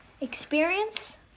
Experience